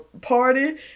party